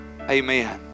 Amen